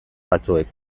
batzuek